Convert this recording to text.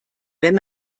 wenn